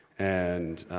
and,